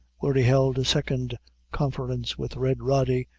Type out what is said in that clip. where he held a second conference with red rody,